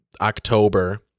October